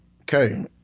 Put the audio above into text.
Okay